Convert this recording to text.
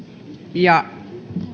ja